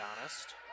honest